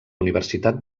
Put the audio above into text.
universitat